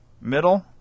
Middle